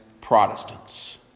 Protestants